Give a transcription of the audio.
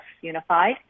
unified